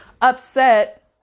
upset